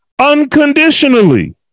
unconditionally